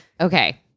Okay